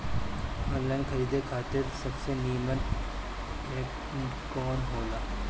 Online खरीदे खातिर सबसे नीमन एप कवन हो ला?